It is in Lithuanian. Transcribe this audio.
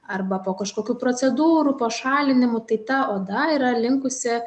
arba po kažkokių procedūrų pašalinimų tai ta oda yra linkusi